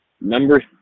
Number